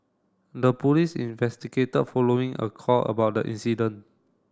the police investigated following a call about the incident